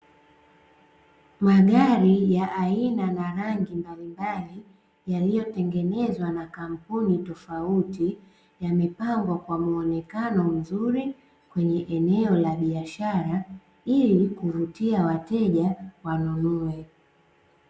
Magari ya aina na rangi mbalimbali, yaliyotengenezwa na kampuni tofauti, yamepangwa kwa muonekano mzuri kwenye eneo la biashara, ili kuvutia wateja wanunue.